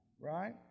right